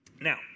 Now